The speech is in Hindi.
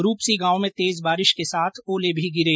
रूपसी गांव में तेज बारिश के साथ ओले भी गिरे